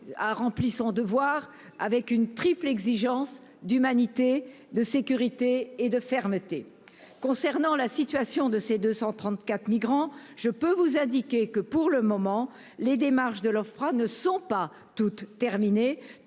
a rempli son devoir avec une triple exigence d'humanité, de sécurité et de fermeté. Concernant la situation de ces 234 migrants, je peux vous indiquer que, pour le moment, les démarches de l'Ofpra, tout comme les